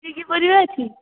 କି କି ପରିବା ଅଛି